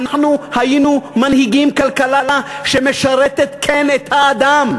אנחנו היינו מנהיגים כלכלה שמשרתת כן את האדם,